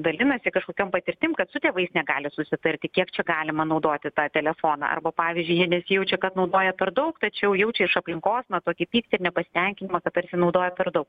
dalinasi kažkokiom patirtim kad su tėvais negali susitarti kiek čia galima naudoti tą telefoną arba pavyzdžiui jie nesijaučia kad naudoja per daug tačiau jaučia iš aplinkos tokį pyktį ir nepasitenkinimą kad tarsi naudoja per daug